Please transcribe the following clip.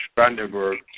Brandenburg